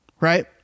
Right